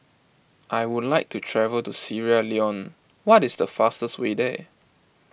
I would like to travel to Sierra Leone what is the fastest way there